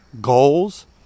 goals